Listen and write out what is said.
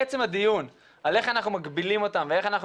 עצם הדיון על איך אנחנו מגבילים אותם ואיך אנחנו